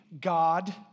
God